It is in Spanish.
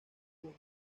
junio